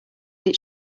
its